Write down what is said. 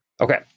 Okay